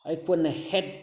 ꯑꯩꯈꯣꯏꯅ ꯍꯦꯛ